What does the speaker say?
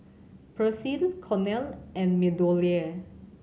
Persil Cornell and MeadowLea